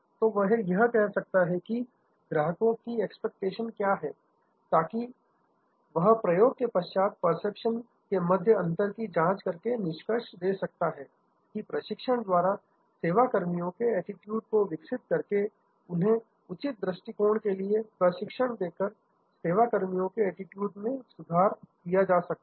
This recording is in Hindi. तथा वह यह कह सकता है कि ग्राहकों की एक्सपेक्टेशन क्या है ताकि वह प्रयोग के पश्चात परसेप्शन के मध्य अंतर की जांच करके निष्कर्ष दे सकता है की प्रशिक्षण द्वारा सेवा कर्मियों में एटीट्यूड को विकसित करके उन्हें उचित दृष्टिकोण के लिए प्रशिक्षण देकर सेवाकर्मियों के एटीट्यूड में सुधार किया जा सकता है